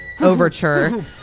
overture